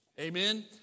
Amen